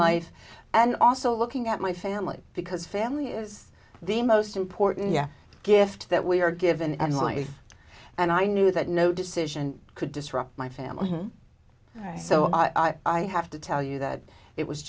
life and also looking at my family because family is the most important yeah gift that we are given and life and i knew that no decision could disrupt my family so i have to tell you that it was